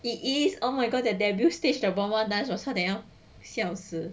it is oh my god their debut stage the pom pom dance was 我差一点要笑死